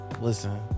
listen